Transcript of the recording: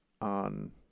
on